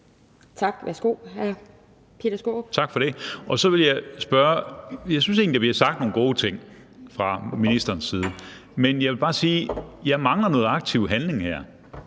Tak. Værsgo, hr. Peter Skaarup. Kl. 17:34 Peter Skaarup (DF): Tak for det. Jeg synes egentlig, der bliver sagt nogle gode ting fra ministerens side, men jeg vil bare sige, at jeg mangler noget aktiv handling her,